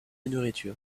nourriture